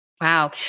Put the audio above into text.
Wow